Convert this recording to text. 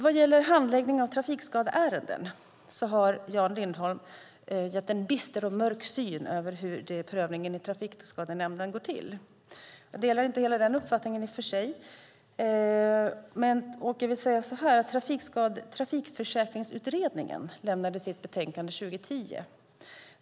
Vad gäller handläggningen av trafikskadeärenden har Jan Lindholm gett en bister och mörk syn på hur prövningen i Trafikskadenämnden går till. Jag delar inte den uppfattningen. Trafikförsäkringsutredningen lämnade sitt betänkande 2010.